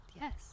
Yes